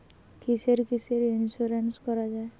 কিসের কিসের ইন্সুরেন্স করা যায়?